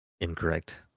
Incorrect